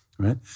right